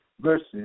versus